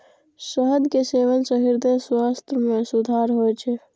शहद के सेवन सं हृदय स्वास्थ्य मे सुधार होइ छै